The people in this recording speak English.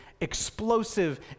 explosive